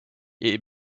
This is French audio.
est